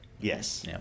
Yes